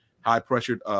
high-pressured